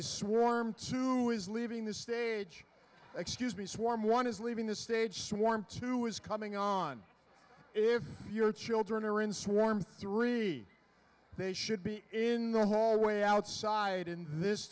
swarm to do is leaving the stage excuse me swarm one is leaving the stage swarm two is coming on if your children are in swarm three they should be in the hallway outside in this